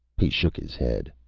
he shook his head.